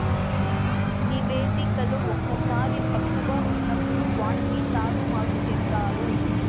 నివేదికలో ఒక్కోసారి తప్పుగా ఉన్నప్పుడు వాటిని తారుమారు చేత్తారు